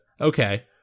Okay